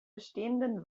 bestehenden